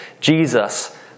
Jesus